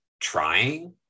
trying